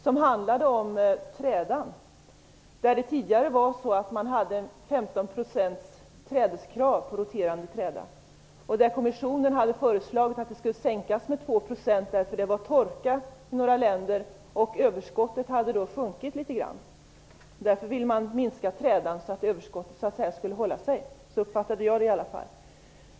Det handlade om trädan. Tidigare hade man 15 % trädeskrav på roterande träda. Kommissionen hade föreslagit att det skulle sänkas med 2 %, därför att det var torka i några länder och överskottet därför hade sjunkit litet grand. Därför ville man minska trädan så att överskottet så att säga skulle hålla sig. Så uppfattade jag det i alla fall.